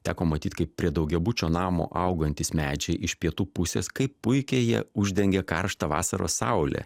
teko matyt kaip prie daugiabučio namo augantys medžiai iš pietų pusės kaip puikiai jie uždengė karštą vasaros saulę